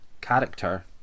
character